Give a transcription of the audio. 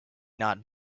not